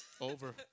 Over